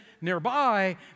nearby